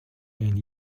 and